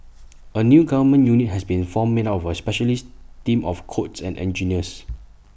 A new government unit has been formed made up of A specialist team of codes and engineers